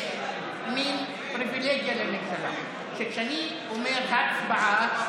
יש מין פריבילגיה לממשלה שכשאני אומר הצבעה,